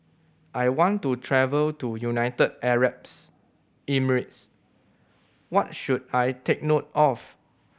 I want to travel to United Arab Emirates What should I take note of